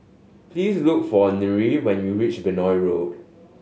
please look for Nyree when you reach Benoi Road